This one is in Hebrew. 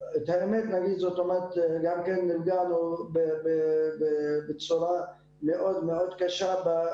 הביקורת היא לא על עצם זה שהולכים עם הפרויקט ושהוקצה לו כסף,